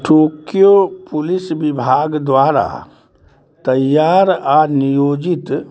Tokyo police विभाग द्वारा तैआर आओर नियोजित